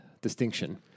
distinction